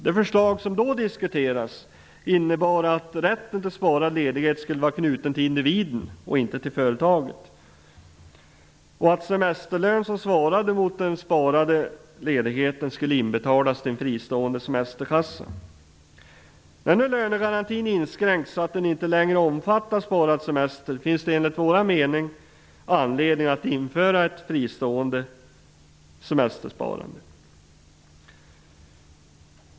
Det förslag som då diskuterades innebar att rätten till sparad ledighet skulle vara knuten till individen och inte till företaget och att semesterlön som svarade mot den sparade ledigheten skulle inbetalas till en fristående semesterkassa. När nu lönegarantin inskränks så att den inte längre omfattar sparad semester, finns det enligt vår mening anledning att införa ett fristående semestersparande.